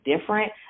different